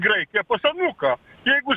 graikiją pas anūką jeigu